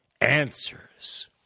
Answers